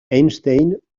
einstein